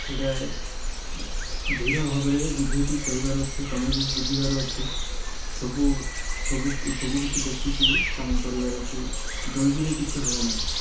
ଏଟା ଧୀର ଭାବରେ ବୁଝେଇକି କହିବାର ଅଛି ତମେ ବି ବୁଝିବାର ଅଛି ସବୁ ସବୁ ସବୁ କିଛି ଦେଖିକି କାମ କରିବାର ଅଛି ଜଲ୍ଦିରେ କିଛି ହେବ ନାଇଁ